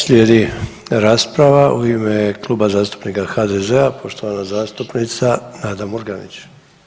Slijedi rasprava u ime Kluba zastupnika HDZ-a, poštovana zastupnica Nada Murganić.